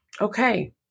Okay